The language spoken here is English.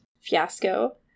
Fiasco